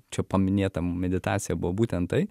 čia paminėta meditacija buvo būtent tai